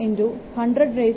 4 1